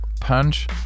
punch